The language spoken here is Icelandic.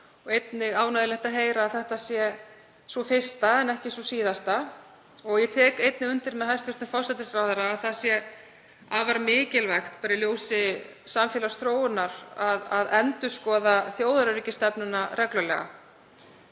einnig ánægjulegt að heyra að þetta sé sú fyrsta en ekki sú síðasta. Ég tek einnig undir með hæstv. forsætisráðherra að það sé afar mikilvægt, bara í ljósi samfélagsþróunar, að endurskoða þjóðaröryggisstefnuna reglulega.